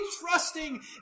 trusting